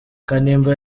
kanimba